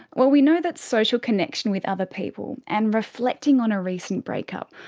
well we know that social connection with other people and reflecting on a recent breakup,